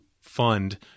fund